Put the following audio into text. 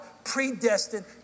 predestined